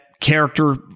character